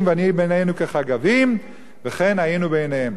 ונהי בעינינו כחגבים וכן היינו בעיניהם".